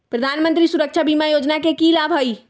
प्रधानमंत्री सुरक्षा बीमा योजना के की लाभ हई?